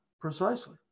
precisely